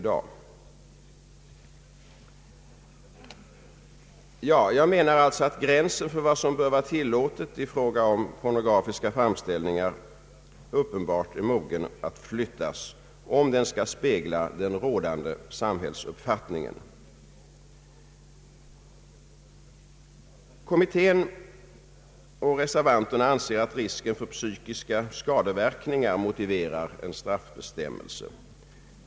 Jag anser allltså att gränsen för vad som bör vara tillåtet i fråga om pornografiska framställningar uppenbart är mogen att flyttas, om den skall spegla den rådande samhällsuppfattningen. Kommittén och reservanterna anser att risken för psykiska skadeverkningar motiverar en straffbestämmelse.